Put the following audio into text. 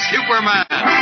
Superman